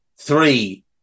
three